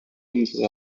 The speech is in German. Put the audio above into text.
unsere